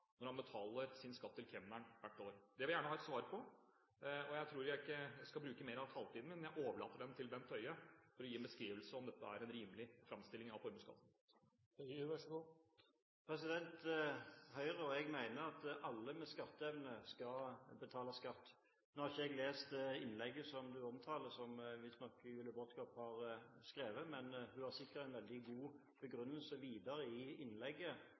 når de betaler sin skatt til kemneren hvert år. Det vil jeg gjerne har et svar på. Jeg tror ikke jeg skal bruke mer av taletiden min, jeg overlater den til Bent Høie for å gi en beskrivelse av om dette er en rimelig framstilling av formuesskatten. Høyre og jeg mener at alle med skatteevne skal betale skatt. Nå har ikke jeg lest det innlegget du omtaler, som visstnok Julie Brodtkorb har skrevet. Men hun har sikkert videre i innlegget en veldig god begrunnelse for den innledningen du der omtaler. Det som i